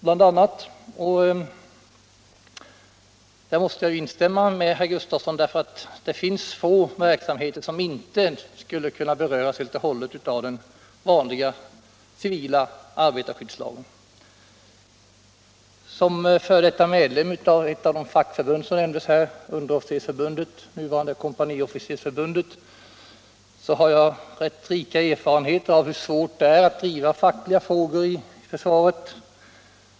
Jag måste instämma i att det finns få verksamheter som inte skulle kunna beröras helt och hållet av den vanliga civila arbetarskyddslagen. Som f. d. medlem Nr 52 i ett av de fackförbund som nämndes här — Underofficersförbundet, nu Tisdagen den varande Kompaniofficersförbundet — har jag rätt rika erfarenheter av hur 11 januari 1977 svårt det är att driva fackliga frågor i försvaret.